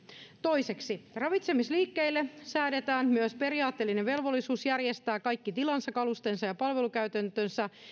toiseksi ravitsemisliikkeille säädetään myös periaatteellinen velvollisuus järjestää kaikki tilansa kalusteensa ja palvelukäytäntönsä